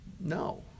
no